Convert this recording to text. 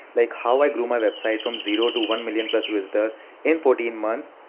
like how i grew my website from zero to one million visitors in fourteen months.